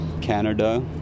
Canada